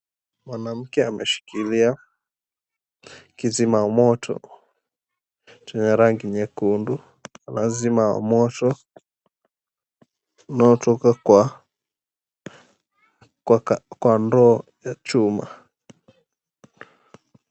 Mwanamke ameshikilia kizima moto chenye rangi nyekundu, anazima moto unaotoka kwa ndoo ya chuma.